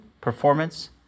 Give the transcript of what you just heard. performance